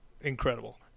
incredible